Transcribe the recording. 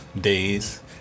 days